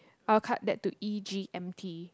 I'll cut that to e_g_m_t